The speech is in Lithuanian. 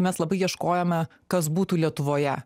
mes labai ieškojome kas būtų lietuvoje